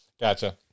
Gotcha